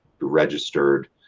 registered